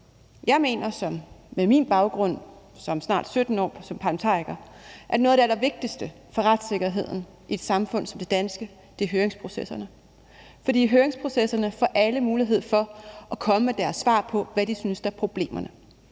Jeg mener med min baggrund med snart 17 år som parlamentariker, at noget af det allervigtigste for retssikkerheden i et samfund som det danske er høringsprocesserne. For i høringsprocesserne får alle mulighed for at komme med deres svar på, hvad de synes er problemerne.